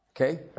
Okay